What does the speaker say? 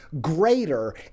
greater